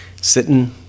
Sitting